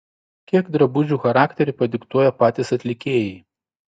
kiek drabužių charakterį padiktuoja patys atlikėjai